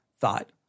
thought